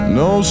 no